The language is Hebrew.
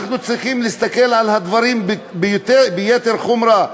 אנחנו צריכים להסתכל על הדברים ביתר חומרה.